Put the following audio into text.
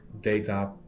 data